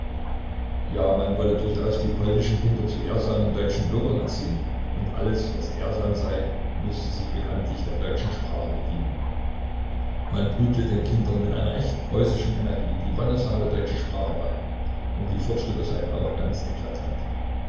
ja man wolle durchaus die polnischen kinder zu ehrsamen deutschen bürgern erziehen und alles was ehrsam sei müsse sich bekanntlich der deutschen sprache bedienen man prügle den kindern mit einer echt preußischen energie die wonnesame deutsche sprache bei und die fortschritte seien auch ganz eklatant